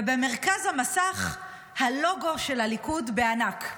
ובמרכז המסך הלוגו של הליכוד בענק.